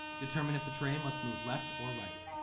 determine if the tray must move left or right.